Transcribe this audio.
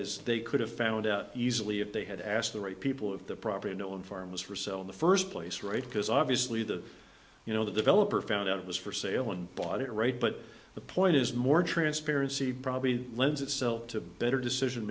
is they could have found out easily if they had asked the right people of the property no one farm was for sale in the first place right because obviously the you know the developer found out it was for sale and bought it right but the point is more transparency probably lends itself to better decision